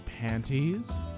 panties